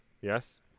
Yes